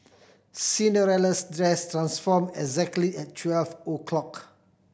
Cinderella's dress transform exactly at twelve o'clock